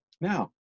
Now